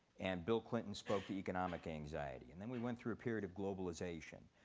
and bill clinton spoke economic anxiety, and then we went through a period of globalization,